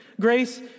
Grace